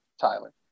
Tyler